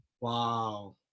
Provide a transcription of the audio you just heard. Wow